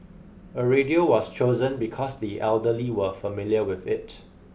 a radio was chosen because the elderly were familiar with it